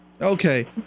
Okay